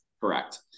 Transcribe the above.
Correct